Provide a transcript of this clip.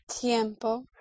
tiempo